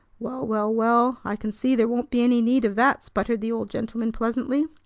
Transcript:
well, well, well, i can see there won't be any need of that! sputtered the old gentleman pleasantly.